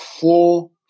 four